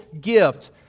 gift